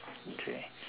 okay